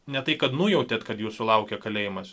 ne tai kad nujautėt kad jūsų laukia kalėjimas